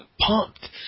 pumped